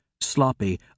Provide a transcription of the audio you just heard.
sloppy